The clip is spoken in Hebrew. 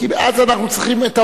כי אז אנחנו צריכים את,